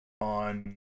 on